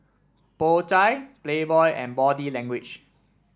Po Chai Playboy and Body Language